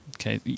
Okay